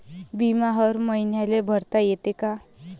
बिमा हर मईन्याले भरता येते का?